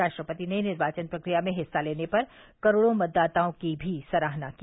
राष्ट्रपति ने निर्वाचन प्रक्रिया में हिस्सा लेने पर करोड़ों मतदाताओं की भी सराहना की